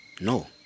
No